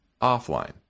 offline